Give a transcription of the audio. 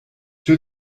two